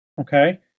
okay